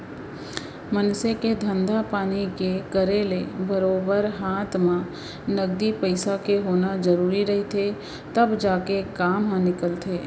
मनसे के धंधा पानी के करे ले बरोबर हात म नगदी पइसा के होना जरुरी रहिथे तब जाके काम ह निकलथे